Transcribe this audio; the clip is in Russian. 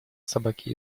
собаке